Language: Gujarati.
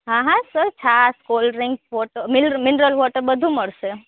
હા હા સર છાશ કોલડ્રિંગ મિનરલ મિનરલ વોટરના બધું જ મળશે